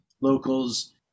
locals